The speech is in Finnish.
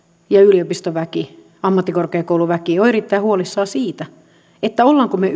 ja yliopistoväki ammattikorkeakouluväki ovat erittäin huolissaan siitä olemmeko me